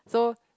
so